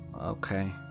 Okay